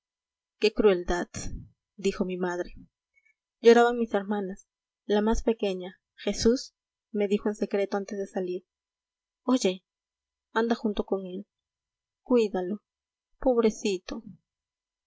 qué crueldad dijo mi madre lloraban mis hermanas la más pequeña jesús me dijo en secreto antes de salir oye anda junto con él cuídalo pobrecito